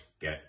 get